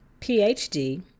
PhD